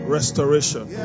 Restoration